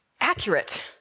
accurate